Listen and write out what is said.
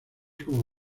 como